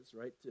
right